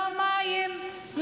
לא מים,